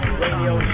radio